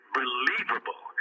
believable